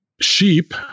sheep